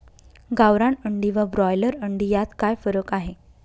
गावरान अंडी व ब्रॉयलर अंडी यात काय फरक आहे?